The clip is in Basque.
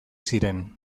ziren